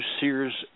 Sears